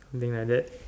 something like that